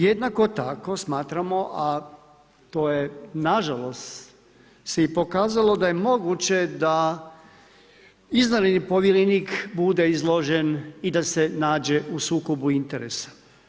Jednako tako smatramo, a to je nažalost se i pokazalo da je moguće da izvanredni povjerenik bude izložen i da se nađe u sukobu interesa.